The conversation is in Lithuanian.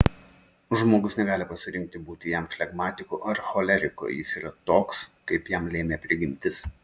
žmogus negali pasirinkti būti jam flegmatiku ar choleriku jis yra toks kaip jam lėmė prigimtis